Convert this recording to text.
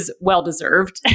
well-deserved